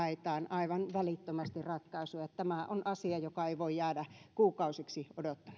aivan välittömästi ratkaisua tämä on asia joka ei voi jäädä kuukausiksi